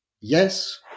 yes